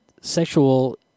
sexual